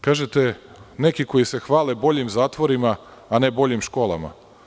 Kažete, neki koji se hvale boljim zatvorima, a ne boljim školama.